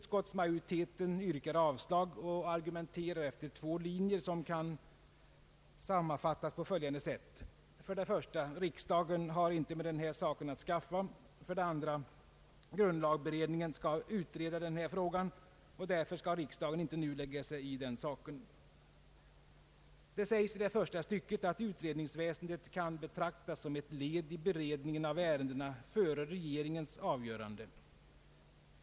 Utskottsmajoriteten yrkar avslag och argumenterar efter två linjer som kan sammanfattas på följande sätt: 1. Riksdagen har inte med den här saken att skaffa; 2. grundlagberedningen skall utreda frågan, och därför skall riksdagen inte nu lägga sig i den. Det sägs i första stycket att utredningsväsendet kan betraktas som ett ”led i beredningen av ärendena före regeringens avgörande”.